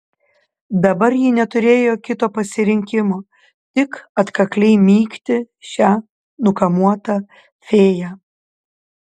dabar ji neturėjo kito pasirinkimo tik atkakliai mygti šią nukamuotą fėją